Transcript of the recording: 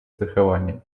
страхование